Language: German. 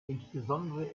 insbesondere